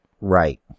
right